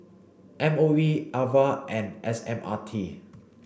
M O E Ava and S M R T